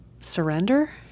surrender